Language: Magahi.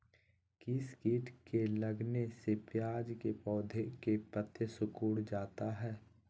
किस किट के लगने से प्याज के पौधे के पत्ते सिकुड़ जाता है?